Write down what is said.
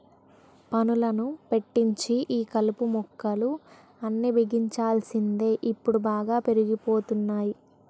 పనులను పెట్టించి ఈ కలుపు మొక్కలు అన్ని బిగించాల్సింది ఇప్పుడు బాగా పెరిగిపోతున్నాయి